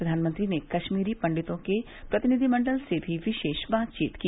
प्रधानमंत्री ने कश्मीरी पंडितों के प्रतिनिधिमण्डल से भी विशेष बातचीत की